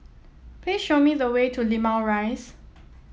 please show me the way to Limau Rise